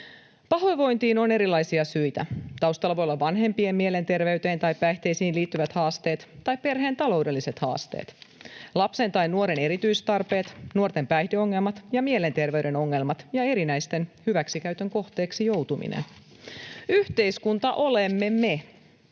Pahoinvointiin on erilaisia syitä. Taustalla voivat olla vanhempien mielenterveyteen tai päihteisiin liittyvät haasteet tai perheen taloudelliset haasteet, lapsen tai nuoren erityistarpeet, nuorten päihdeongelmat ja mielenterveyden ongelmat ja erinäisen hyväksikäytön kohteeksi joutuminen. Yhteiskunta olemme me.